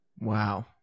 Wow